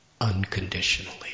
unconditionally